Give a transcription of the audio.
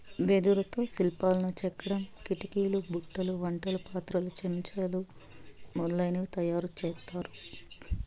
వెదురుతో శిల్పాలను చెక్కడం, కిటికీలు, బుట్టలు, వంట పాత్రలు, కంచెలు మొదలనవి తయారు చేత్తారు